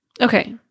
Okay